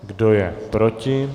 Kdo je proti?